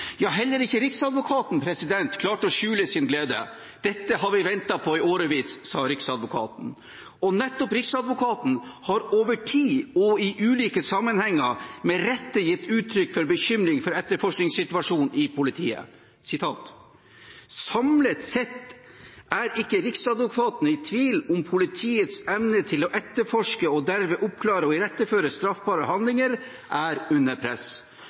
Heller ikke Riksadvokaten klarte å skjule sin glede. «Dette har vi ventet på i årevis», sa han. Nettopp Riksadvokaten har over tid og i ulike sammenhenger med rette gitt uttrykk for bekymring for etterforskningssituasjonen i politiet: Samlet sett er ikke Riksadvokaten i tvil om at «politiets evne til å etterforske – og derved oppklare og iretteføre – straffbare handlinger […] er under press».